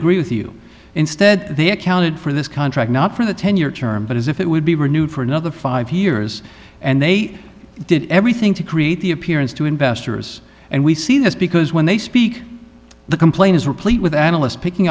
agree with you instead they accounted for this contract not for the ten year term but as if it would be renewed for another five years and they did everything to create the appearance to investors and we see this because when they speak the complain is replete with analysts picking